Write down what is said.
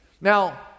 Now